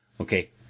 Okay